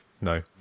No